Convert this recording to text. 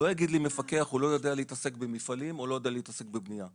מפקח לא יגיד לי שהוא לא יודע להתעסק במפעלים או לא יודע להתעסק בבנייה.